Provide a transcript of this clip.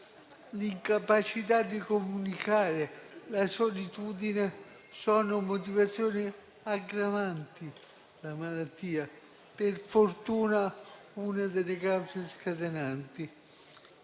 l'incapacità di comunicare e la solitudine sono motivazioni aggravanti la malattia, oltre che tra le cause scatenanti.